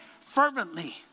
fervently